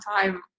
time